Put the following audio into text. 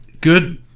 good